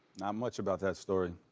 not much about that story,